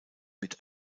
mit